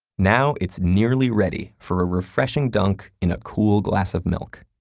now, it's nearly ready for a refreshing dunk in a cool glass of milk.